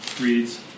reads